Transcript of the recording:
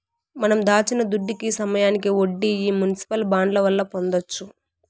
మనం దాచిన దుడ్డుకి సమయానికి వడ్డీ ఈ మునిసిపల్ బాండ్ల వల్ల పొందొచ్చు